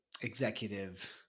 executive